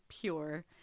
pure